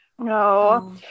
No